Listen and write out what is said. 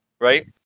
right